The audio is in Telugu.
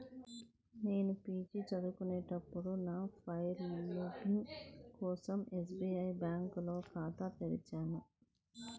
నేను పీజీ చదువుకునేటప్పుడు నా ఫెలోషిప్ కోసం ఎస్బీఐ బ్యేంకులో ఖాతా తెరిచాను